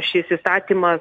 šis įstatymas